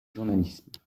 journalisme